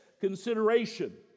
consideration